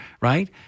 right